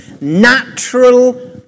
natural